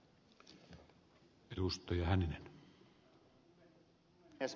arvoisa puhemies